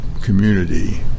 community